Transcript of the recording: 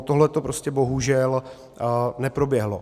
Tohle prostě bohužel neproběhlo.